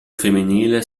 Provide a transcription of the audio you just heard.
femminile